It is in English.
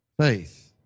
faith